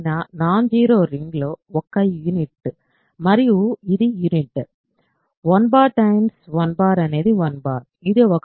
1ఏదైనా non zero రింగ్లో 1 ఒక unit మరియు ఇది యూనిట్ 1 1 అనేది 1 కాబట్టి ఇది ఒక యూనిట్